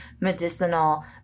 medicinal